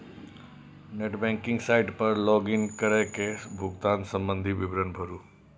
net banking site पर log in कैर के भुगतान संबंधी विवरण भरू